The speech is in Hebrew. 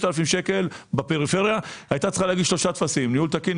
מקבלת 5,000 שקלים - הייתה צריכה להגיש שלושה טפסים: ניהול תקין,